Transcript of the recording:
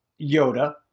Yoda